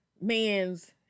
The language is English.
man's